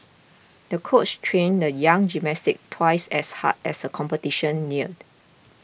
the coach trained the young gymnast twice as hard as a competition neared